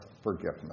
forgiveness